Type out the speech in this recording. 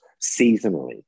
Seasonally